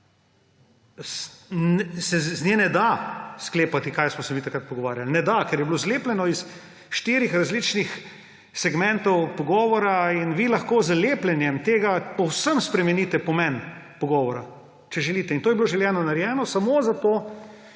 iz nje ne da sklepati, kaj smo se mi takrat pogovarjali. Ne da, ker je bilo zlepljeno iz štirih različnih segmentov pogovora in vi lahko z lepljenjem tega povsem spremenite pomen pogovora, če želite – in to je bilo želeno, narejeno, samo zato,